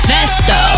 Festo